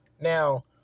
Now